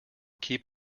keep